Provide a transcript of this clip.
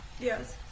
Yes